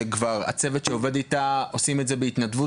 שכבר הצוות שעובד איתה עושים את זה בהתנדבות